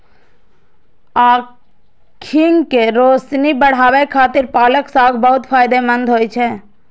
आंखिक रोशनी बढ़ाबै खातिर पालक साग बहुत फायदेमंद होइ छै